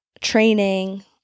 training